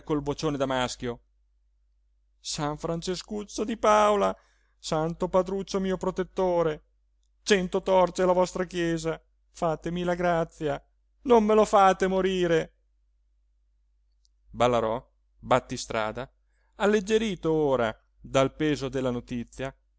col vocione da maschio san francescuccio di paola santo padruccio mio protettore cento torce alla vostra chiesa fatemi la grazia non me lo fate morire ballarò battistrada alleggerito ora dal peso della notizia